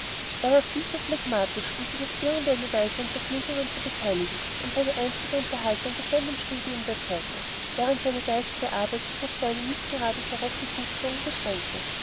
er war viel zu phlegmatisch um sich auf irgend eine weise an vergnügungen zu beteiligen und seine einzige unterhaltung bestand im studium der zeitung während seine geistige arbeit sich auf seine nicht gerade korrekte buchführung beschränkte